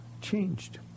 changed